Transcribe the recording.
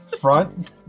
front